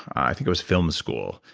i think it was film school.